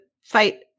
fight